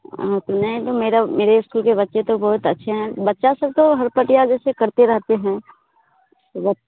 हाँ तो मैं मेरा मेरे स्कूल के बच्चे तो बहुत अच्छे हैं बच्चा सब तो हरपटिया जैसे करते रहते हैं